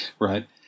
right